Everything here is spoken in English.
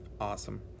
awesome